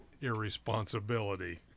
irresponsibility